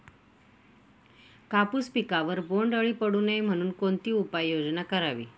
कापूस पिकावर बोंडअळी पडू नये म्हणून कोणती उपाययोजना करावी?